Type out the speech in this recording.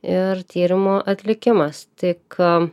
ir tyrimų atlikimas tik